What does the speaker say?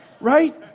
Right